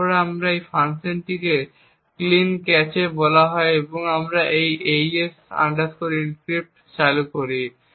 তারপর আমরা এই ফাংশনটিকে ক্লিনক্যাচে বলা এবং তারপর আমরা এই AES encrypt চালু করি